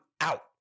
out